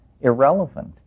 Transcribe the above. irrelevant